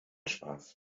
spaß